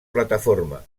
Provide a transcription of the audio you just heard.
plataforma